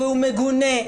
שהוא מגונה,